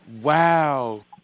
Wow